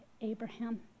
Abraham